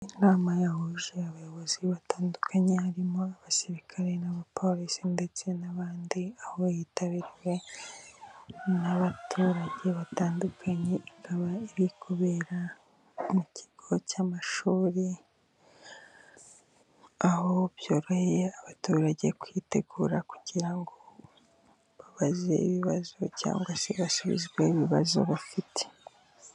Inama yahuje abayobozi batandukanye barimo abasirikare n'abapolisi ndetse n'abandi aho yitabiriwe n'abaturage batandukanye, ikaba iri kubera mu kigo cy'amashuri, aho byoroheye abaturage kwitegura kugira ngo babaze ibibazo cyangwa se basubizwe ibibazo bafite.